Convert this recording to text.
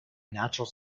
natural